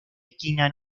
esquina